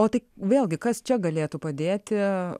o tai vėlgi kas čia galėtų padėti